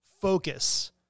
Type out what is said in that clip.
focus